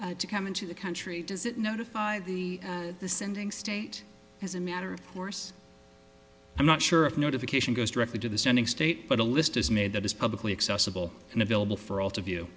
person to come into the country does it notify the the sending state as a matter of course i'm not sure if notification goes directly to the sending state but a list is made that is publicly accessible and available for all to view